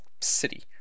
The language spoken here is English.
city